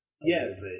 Yes